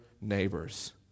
neighbors